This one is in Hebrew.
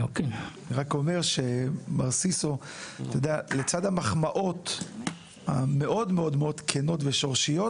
מר סיסו, לצד המחמאות המאוד כנות ושורשיות